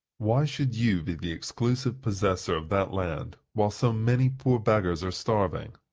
why should you be the exclusive possessor of that land, while so many poor beggars are starving?